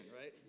right